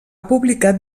publicat